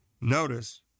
Notice